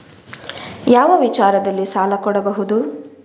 ಯಾವ ವಿಚಾರದಲ್ಲಿ ಸಾಲ ಕೊಡಬಹುದು?